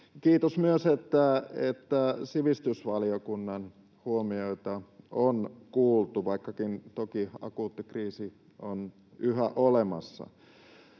Kiitos myös, että sivistysvaliokunnan huomioita on kuultu, vaikkakin toki akuutti kriisi on yhä olemassa.